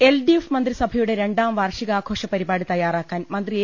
LDF മന്ത്രിസഭയുടെ രണ്ടാം വാർഷികാഘോഷ പരിപാടി തയാറാക്കാൻ മന്ത്രി എ